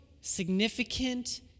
significant